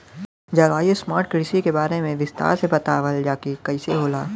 जलवायु स्मार्ट कृषि के बारे में विस्तार से बतावल जाकि कइसे होला?